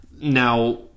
Now